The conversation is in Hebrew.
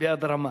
ביד רמה.